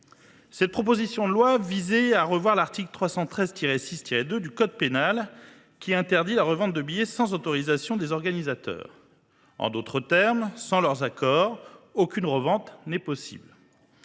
Cette proposition de loi visait à revoir l’article 313 6 2 du code pénal, qui interdit la revente de billets sans autorisation des organisateurs. En d’autres termes, sans leur accord, aucune revente n’est possible.